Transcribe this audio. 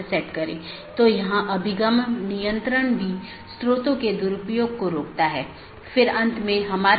इसलिए यह महत्वपूर्ण है और मुश्किल है क्योंकि प्रत्येक AS के पास पथ मूल्यांकन के अपने स्वयं के मानदंड हैं